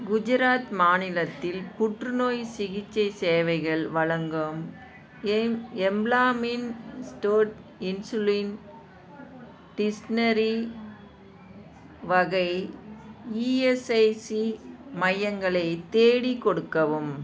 குஜராத் மாநிலத்தில் புற்றுநோய் சிகிச்சை சேவைகள் வழங்கும் எம் எம்பிளாய்மென் ஸ்டோட் இன்சுலின் டிஸ்னரி வகை இஎஸ்ஐசி மையங்களை தேடிக் கொடுக்கவும்